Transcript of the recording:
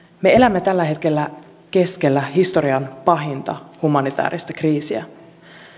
me elämme tällä hetkellä keskellä historian pahinta humanitääristä kriisiä